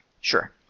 Sure